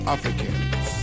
Africans